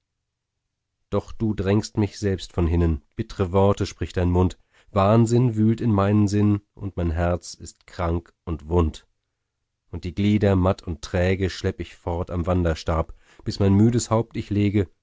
doch du drängst mich selbst von hinnen bittre worte spricht dein mund wahnsinn wühlt in meinen sinnen und mein herz ist krank und wund und die glieder matt und träge schlepp ich fort am wanderstab bis mein müdes haupt ich lege